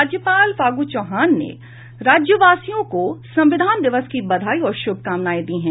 राज्यपाल फागू चौहान ने राज्यवासियों को संविधान दिवस की बधाई और शुभकामनाएं दी हैं